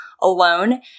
alone